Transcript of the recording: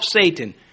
Satan